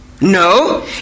no